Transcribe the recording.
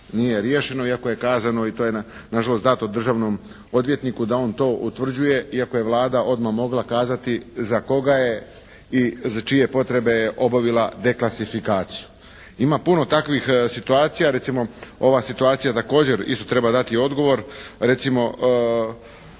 nije riješeno iako je kazano i to je na žalost dato Državnom odvjetniku da on to utvrđuje, iako je Vlada odmah mogla kazati za koga je i za čije potrebe je obavila deklasifikaciju. Ima puno takvih situacija. Recimo ova situacija također isto treba dati odgovor. Recimo